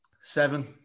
Seven